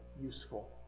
useful